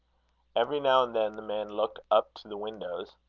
every now and then the man looked up to the windows.